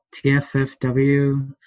tffw